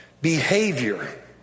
Behavior